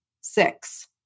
six